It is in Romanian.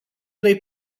trei